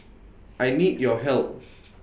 I need your help